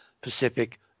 Pacific